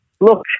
Look